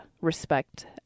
Respect